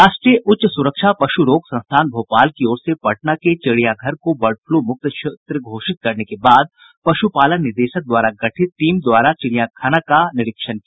राष्ट्रीय उच्च सुरक्षा पशु रोग संस्थान भोपाल की ओर से पटना के चिड़ियाघर को बर्ड फलू मुक्त क्षेत्र घोषित करने के बाद पशुपालन निदेशक द्वारा गठित टीम ने चिड़ियाखाना का निरीक्षण किया